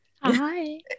Hi